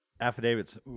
Affidavits